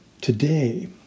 Today